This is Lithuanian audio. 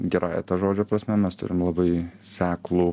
gerąja to žodžio prasme mes turim labai seklų